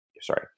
Sorry